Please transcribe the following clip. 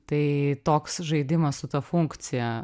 tai toks žaidimas su ta funkcija